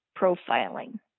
profiling